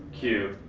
q.